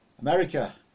America